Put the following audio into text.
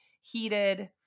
heated